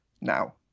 now